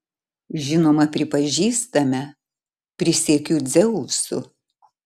žinoma pripažįstame prisiekiu dzeusu